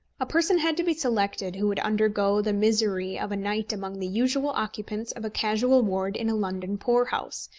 a person had to be selected who would undergo the misery of a night among the usual occupants of a casual ward in a london poor-house,